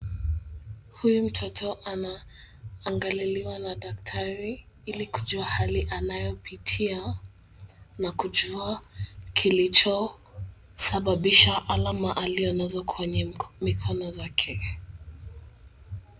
Huyu mtoto anaangaliliwa na daktari ilikujua hali anayopitia na kujua kilichosababisha alama alionazo kwenye mikono zake.